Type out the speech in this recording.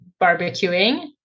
barbecuing